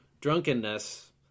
drunkenness